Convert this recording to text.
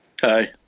Hi